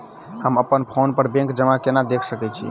हम अप्पन फोन पर बैंक जमा केना देख सकै छी?